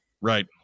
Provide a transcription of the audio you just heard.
Right